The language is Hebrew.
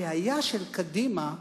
הבעיה של קדימה,